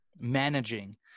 managing